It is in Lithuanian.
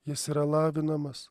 jis yra lavinamas